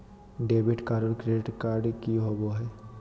Debit card और credit card की होवे हय?